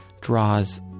draws